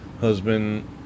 Husband